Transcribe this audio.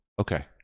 Okay